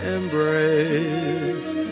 embrace